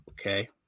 Okay